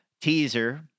teaser